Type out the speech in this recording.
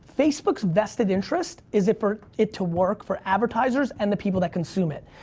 facebook's vested interest is if for it to work for advertisers and the people that consume it.